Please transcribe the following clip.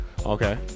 Okay